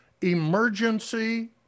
Emergency